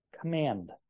command